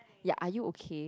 ya are you okay